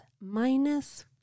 minus